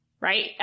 right